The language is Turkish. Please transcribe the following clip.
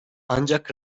ancak